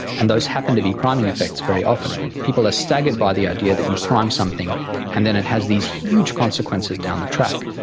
and those happen to be priming effects very often. people are staggered by the idea that you prime something and then it has these huge consequences down the track.